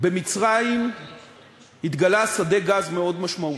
במצרים התגלה שדה גז מאוד משמעותי.